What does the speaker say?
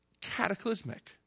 cataclysmic